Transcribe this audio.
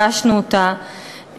הגשנו אותה,